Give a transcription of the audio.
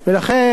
לכן,